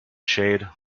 shade